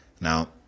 Now